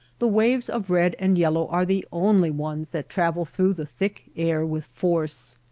the waves of red and yellow are the only ones that travel through the thick air with force.